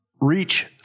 Reach